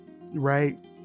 Right